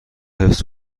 حفظ